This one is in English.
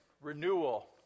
renewal